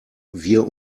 wir